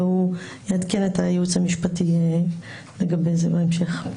והא יעדכן את הייעוץ המשפטי לגבי זה בהמשך.